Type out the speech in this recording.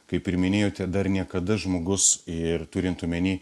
kaip ir minėjote dar niekada žmogus ir turint omeny